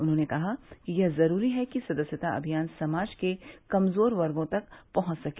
उन्होंने कहा कि यह जरूरी है कि सदस्यता अभियान समाज के कमजोर वर्गो तक पहंच सके